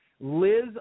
Liz